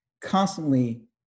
constantly